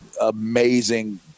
amazing